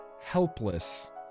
helpless